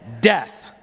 Death